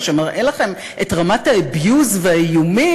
מה שמראה לכם את רמת ה-abuse והאיומים